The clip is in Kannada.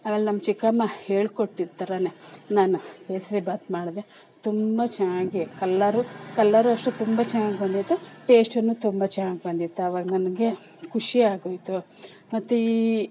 ಆಮೇಲೆ ನಮ್ಮ ಚಿಕ್ಕಮ್ಮ ಹೇಳ್ಕೊಟ್ಟಿದ್ದ ಥರನೇ ನಾನು ಕೇಸರಿ ಬಾತ್ ಮಾಡಿದೆ ತುಂಬ ಚೆನ್ನಾಗಿ ಕಲ್ಲರು ಕಲ್ಲರು ಅಷ್ಟೇ ತುಂಬ ಚೆನ್ನಾಗಿ ಬಂದಿತ್ತು ಟೇಸ್ಟ್ನೂ ತುಂಬ ಚೆನ್ನಾಗಿ ಬಂದಿತ್ತು ಅವಾಗ ನನಗೆ ಖುಷಿಯಾಗೋಯಿತುಯ್ತು ಮತ್ತೆ ಈ